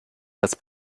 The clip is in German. das